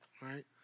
right